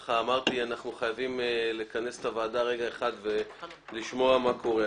ולכן אמרתי שאנחנו חייבים לכנס את הוועדה ולשמוע מה קורה.